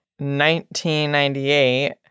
1998